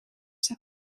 zijn